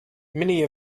many